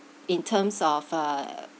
in terms of uh